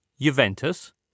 Juventus